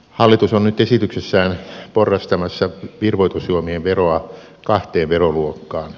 hallitus on nyt esityksessään porrastamassa virvoitusjuomien veroa kahteen veroluokkaan